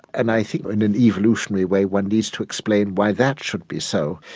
and i think in an evolutionary way one needs to explain why that should be so,